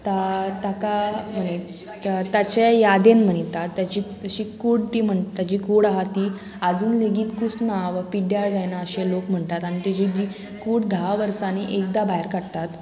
ता ताका मनय ताचे यादेन मनयतात ताची तशी कूड ती म्हणटा ताची कूड आहा ती आजून लेगीत कुसना वा पिड्ड्यार जायना अशे लोक म्हणटात आनी तेजी जी कूड धा वर्सांनी एकदां भायर काडटात